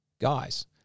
guys